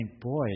boy